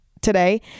today